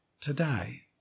today